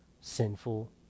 sinful